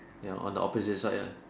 ya on the opposite side right